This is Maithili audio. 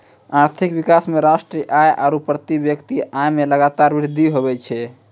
आर्थिक विकास मे राष्ट्रीय आय आरू प्रति व्यक्ति आय मे लगातार वृद्धि हुवै छै